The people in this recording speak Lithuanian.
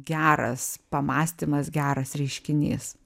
geras pamąstymas geras reiškinys